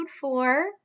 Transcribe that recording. four